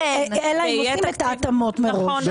אלא אם עושים את ההתאמות מראש.